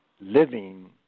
living